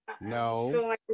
No